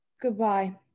Goodbye